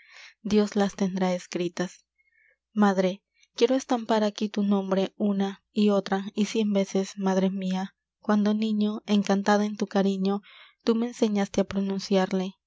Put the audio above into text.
dios las tendrá escritas madre quiero estampar aquí tu nombre una y otra y cien veces madre mia cuando niño encantada en tu cariño tú me enseñaste á pronunciarle